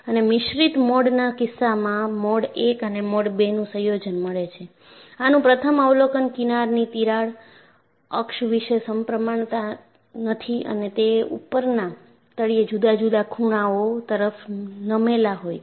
અને મિશ્રિત મોડના કિસ્સામાં મોડ 1 અને મોડ 2 નું સંયોજન મળે છે આનું પ્રથમ અવલોકન કિનારની તિરાડ અક્ષ વિશે સપ્રમાણ નથી અને તે ઉપરના તળિયે જુદા જુદા ખૂણાઓ તરફ નમેલા હોય છે